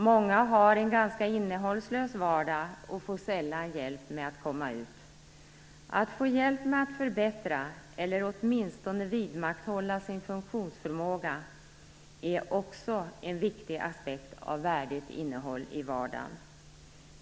Många har en ganska innehållslös vardag och får sällan hjälp med att komma ut. Att få hjälp med att förbättra eller åtminstone vidmakthålla sin funktionsförmåga är också en viktig aspekt av värdigt innehåll i vardagen.